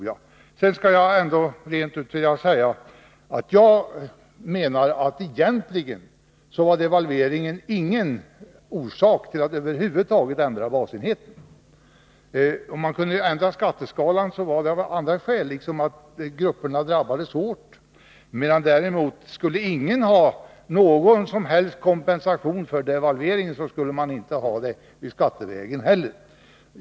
Jag skall säga rent ut att jag menar att devalveringen egentligen inte var någon anledning att över huvud taget ändra basenheten. Om man skulle ändra skatteskalan så var det av andra skäl — att grupperna drabbades hårt. Men skulle ingen ha någon som helst kompensation för devalveringen, så skulle ingen ha det skattevägen heller.